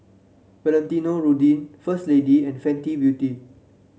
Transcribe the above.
Valentino Rudy First Lady and Fenty Beauty